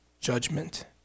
judgment